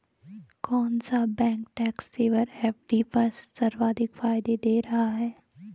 कौन सा bank tax saver FD पर सर्वाधिक फायदा दे रहा है?